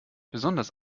besonders